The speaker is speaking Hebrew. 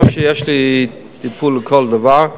לא שיש לי טיפול לכל דבר,